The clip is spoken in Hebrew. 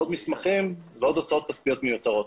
עוד מסמכים ועוד הוצאות כספיות מיותרות.